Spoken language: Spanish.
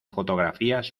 fotografías